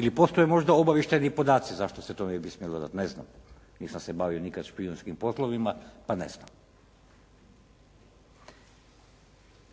ili postoji možda obavještajni podaci zašto se to ne bi smjelo dati. Ne znam, nisam se bavio nikad špijunskim poslovima, pa ne znam.